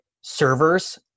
servers